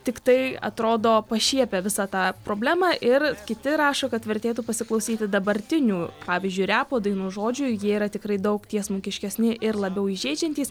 tiktai atrodo pašiepia visą tą problemą ir kiti rašo kad vertėtų pasiklausyti dabartinių pavyzdžiui repo dainų žodžių jie yra tikrai daug tiesmukiškesni ir labiau įžeidžiantys